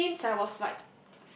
since I was like